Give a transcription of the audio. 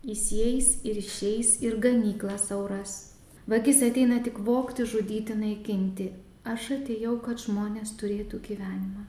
jis įeis ir išeis ir ganyklą sau ras vagis ateina tik vogti žudyti naikinti aš atėjau kad žmonės turėtų gyvenimą